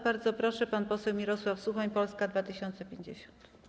Bardzo proszę, pan poseł Mirosław Suchoń, Polska 2050.